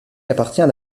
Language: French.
appartient